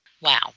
Wow